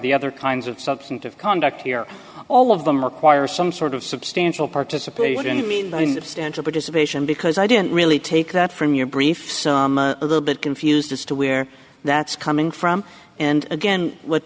the other kinds of substantive conduct here all of them require some sort of substantial participated in the meantime stanch of a decision because i didn't really take that from your briefs a little bit confused as to where that's coming from and again what